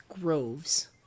groves